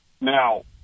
Now